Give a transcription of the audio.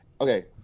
okay